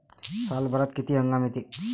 सालभरात किती हंगाम येते?